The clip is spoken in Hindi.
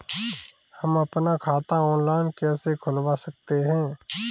हम अपना खाता ऑनलाइन कैसे खुलवा सकते हैं?